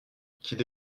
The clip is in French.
qu’il